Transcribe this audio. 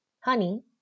honey